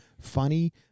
funny